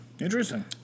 Interesting